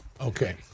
Okay